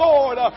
Lord